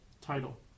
title